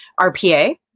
RPA